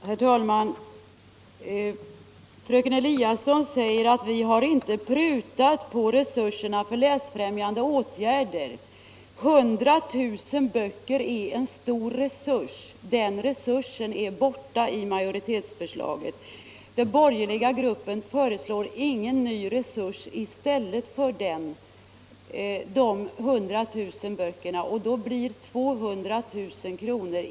Herr talman! Fröken Eliasson säger att utskottsmajoriteten har ingalunda prutat på resurserna för läsfrämjande åtgärder. Men 100 000 böcker är en stor resurs, och den är borta i majoritetens förslag. Den borgerliga gruppen föreslår ingen ny resurs i stället för dessa 100 000 böcker, och då blir 200 000 kr.